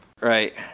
Right